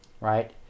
right